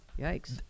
yikes